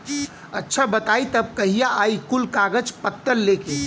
अच्छा बताई तब कहिया आई कुल कागज पतर लेके?